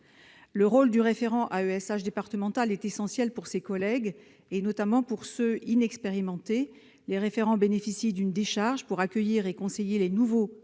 Le rôle du référent AESH départemental est essentiel pour ses collègues, notamment pour ceux qui sont inexpérimentés. Les référents bénéficient d'une décharge pour accueillir et conseiller les nouveaux AESH.